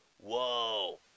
whoa